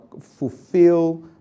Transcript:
fulfill